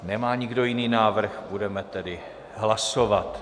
Nemá nikdo jiný návrh, budeme tedy hlasovat.